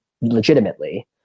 legitimately